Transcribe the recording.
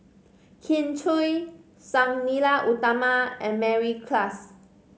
Kin Chui Sang Nila Utama and Mary Klass